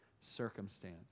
circumstance